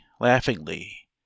laughingly